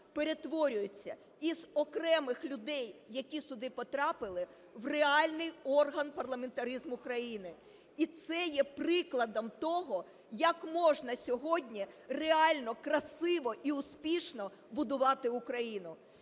перетворюється із окремих людей, які сюди потрапили, в реальний орган парламентаризму країни. І це є прикладом того, як можна сьогодні реально красиво і успішно будувати Україну.